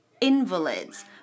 invalids